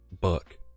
buck